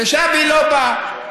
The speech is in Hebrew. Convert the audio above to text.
שבי לא בא.